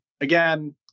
again